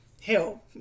help